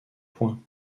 point